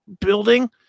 building